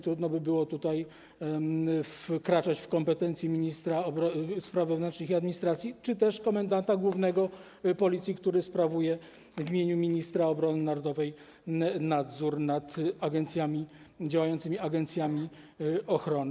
Trudno byłoby tutaj wkraczać w kompetencje ministra spraw wewnętrznych i administracji czy też komendanta głównego Policji, który sprawuje w imieniu ministra obrony narodowej nadzór nad działającymi agencjami ochrony.